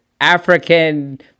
african